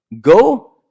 Go